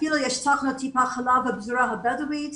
ואפילו יש תחנת טיפות חלב בפזורה הבדווית,